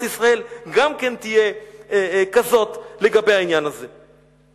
ישראל גם תהיה כזאת לגבי העניין הזה.